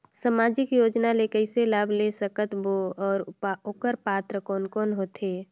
समाजिक योजना ले कइसे लाभ ले सकत बो और ओकर पात्र कोन कोन हो थे?